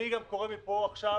אני גם קורא מפה עכשיו